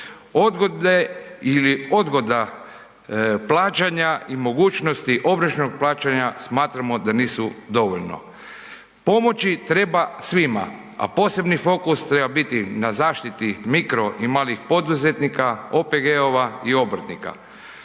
odgoda plaćanja i mogućnosti obročnog plaćanja smatramo da nisu dovoljno. Pomoći treba svima, a posebni fokus treba biti na zaštiti mikro i malih poduzetnika, OPG-ova i obrtnika.